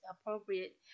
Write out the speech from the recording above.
appropriate